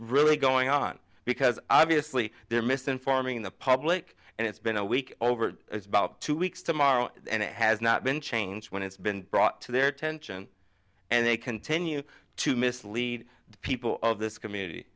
really going on because obviously there misinforming the public and it's been a week over about two weeks tomorrow and it has not been changed when it's been brought to their attention and they continue to mislead the people of this community